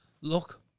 look